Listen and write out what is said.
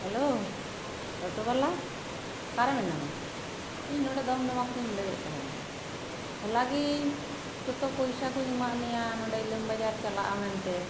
hello ᱴᱳᱴᱳ ᱵᱟᱞᱟ ᱚᱠᱟᱨᱮ ᱢᱮᱱᱟᱢᱟ ᱤᱧ ᱱᱚᱰᱮ ᱫᱚᱢᱫᱚᱢᱟ ᱠᱷᱚᱱᱟᱜ ᱤᱧ ᱞᱟᱹᱭᱮᱫ ᱛᱟᱦᱮᱱᱟ ᱦᱚᱞᱟᱜᱮ ᱡᱚᱛᱚ ᱯᱚᱭᱥᱟ ᱠᱩᱧ ᱮᱢᱟᱫ ᱢᱮᱭᱟ ᱱᱚᱰᱮ ᱤᱞᱟᱹᱢᱵᱟᱡᱟᱨ ᱪᱟᱞᱟᱜᱼᱟ ᱢᱮᱱᱛᱮ